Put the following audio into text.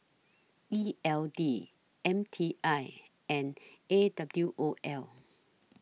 E L D M T I and A W O L